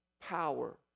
power